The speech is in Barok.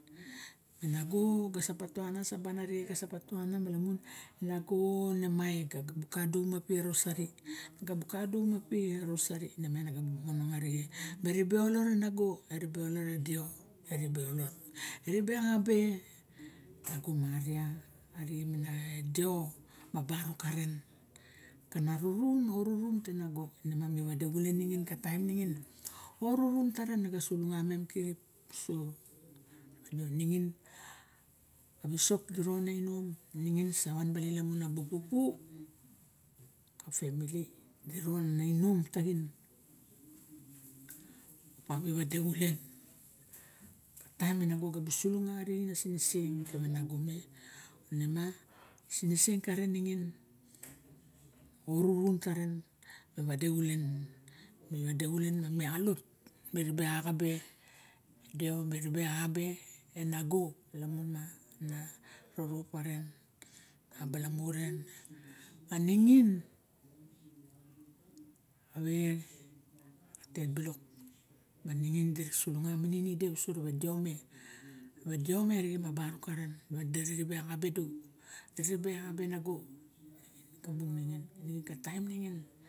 E nago na ga sa patuana saban arixe, na ga sa patuana me lamun a nago, na mai buka dugumapi a roseri. Ine miang na ga momonong arixe me ribe olo e nago, e ribe olo re deo eribe eribe olo, eribe axabe nago maria, arixen me deo ma barok karen. Kana rurun, moxa rurun te nago ine miang ami vade xulen ningin ka taim ningin, o rurun taren, ne ga sulunga mem xirip uso ningin. Avisok di ron nainom ningin savan balin lamun a bupupu a femili di ron na inom taxin. Ba mi vade xulen. Taim e nago ga busu lunga arixen a siniseng, kave nago me ine ma, asiniseng karen ningin o rurun karen na vade xulen, me vade xulen, ma ningin kave a tet bilok ma ningin di ra sulunga minin ide uso ra va deo me. Deo me arixen me barok karen. Ma di ribe axabe du, di rebe axabe nago ka bung ningin, ka taim ningin.